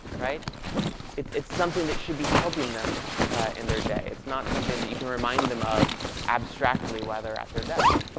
it's it's something that should be helping them in their day. it's not something that you can remind them of abstractly while they're at their desk.